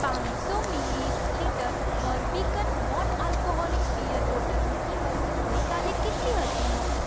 પાંચસો millilitre Barbican non alcoholic beer બોટલની કિંમત ગઈ કાલે કેટલી હતી